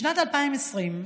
בשנת 2020,